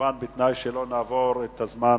כמובן בתנאי שלא נעבור את הזמן